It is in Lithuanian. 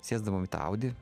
sėsdavome į tą audi